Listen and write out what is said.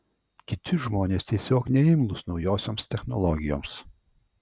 kiti žmonės tiesiog neimlūs naujosioms technologijoms